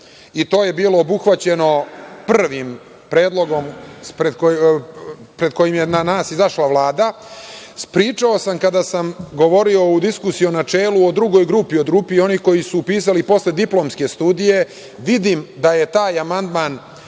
i to je bilo obuhvaćeno prvim predlogom sa kojim je pred nas izašla Vlada. Ispričao sam kada sam govorio u diskusiji u načelu o drugoj grupi, o grupi onih koji su upisali postdiplomske studije. Vidim da je taj amandman